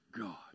God